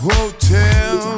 Hotel